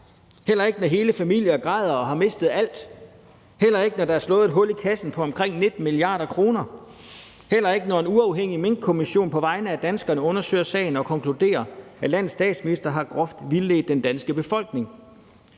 heller ikke, når hele familier græder og har mistet alt, heller ikke, når der er slået et hul i kassen på omkring 19 mia. kr., heller ikke, når en uafhængig Minkkommission på vegne af danskerne undersøger sagen og konkluderer, at landets statsminister groft har vildledt den danske befolkning?